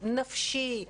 נפשי,